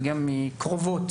וגם מקרובות,